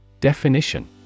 Definition